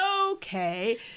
Okay